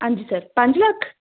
ਹਾਂਜੀ ਸਰ ਪੰਜ ਲੱਖ